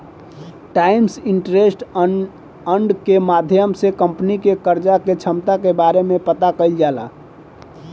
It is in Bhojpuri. टाइम्स इंटरेस्ट अर्न्ड के माध्यम से कंपनी के कर्जा के क्षमता के बारे में पता कईल जाला